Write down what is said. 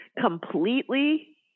Completely